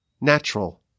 natural